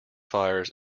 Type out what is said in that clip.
fires